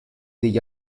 degli